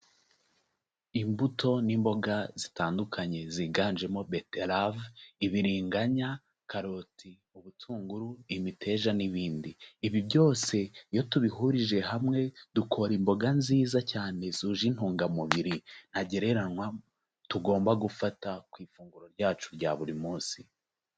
Imbuto n'imboga zitandukanye ziganjemo beterave, ibiriganya, karoti, ibitunguru, imiteja n'ibindi. Ibi byose iyo tubihurije hamwe dukora imboga nziza cyane zuje intungamubiri ntagereranywa tugomba gufata ku ifunguro ryacu rya buri munsi.